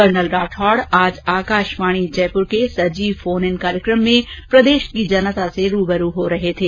colonel Rathore आज आकाशवाणी जयपुर के सजीव फोन इन कार्यक्रम में प्रदेश की जनता से रूबरू हो रहे थे